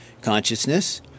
Consciousness